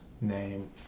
name